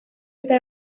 eta